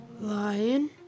Lion